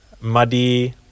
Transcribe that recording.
Muddy